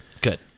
Good